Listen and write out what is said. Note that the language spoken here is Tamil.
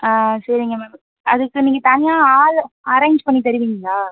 ஆ சரிங்க மேம் அதுக்கு நீங்கள் தனியாக ஆள் அரேஞ்ச் பண்ணி தருவீங்களா